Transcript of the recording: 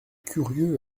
curieux